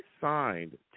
signed